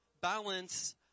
balance